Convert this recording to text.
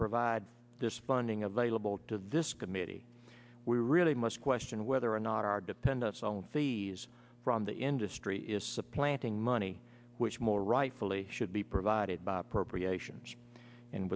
provide desponding available to this committee we really must question whether or not our dependence on these from the industry is supplanting money which more rightfully should be provided by appropriations and